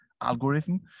algorithm